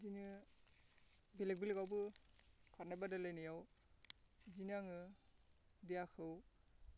बिदिनो बेलेग बेलेगावबो खारनाय बादायलायनायाव बिदिनो आङो देहाखौ